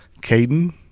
caden